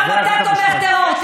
גם אתה תומך טרור.